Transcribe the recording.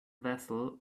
vessel